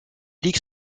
ligues